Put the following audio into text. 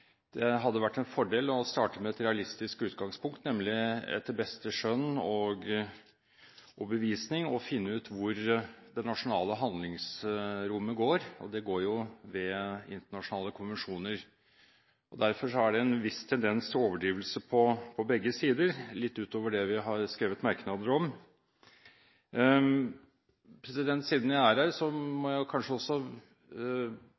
det hadde vært en fordel å starte med et realistisk utgangspunkt, nemlig etter beste skjønn og overbevisning å finne ut hvor det nasjonale handlingsrommet går. Det går jo ved internasjonale konvensjoner. Derfor er det en viss tendens til overdrivelse på begge sider – litt utover det vi har skrevet merknader om. Siden jeg først er her, må